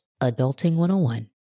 adulting101